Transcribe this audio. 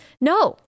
No